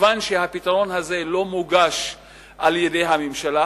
מכיוון שהפתרון הזה לא מוגש על-ידי הממשלה,